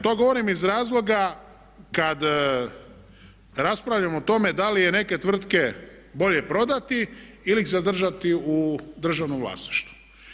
To govorim iz razloga kad raspravljamo o tome da li je neke tvrtke bolje prodati ili ih zadržati u državnom vlasništvu.